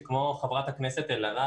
כמו שאתה יודע,